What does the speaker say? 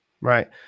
Right